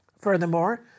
Furthermore